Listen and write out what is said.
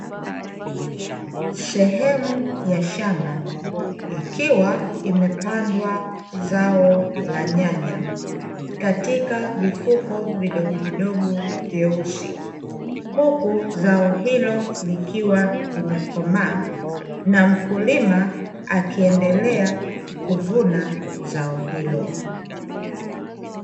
Sehemu ya shamba ikiwa imepandwa zao la nyanya, katika vifuko vidogo vidogo vyeusi, huku zao hilo likiwa limekomaa na mkulima akiendelea kuvuna zao hilo.